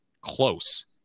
close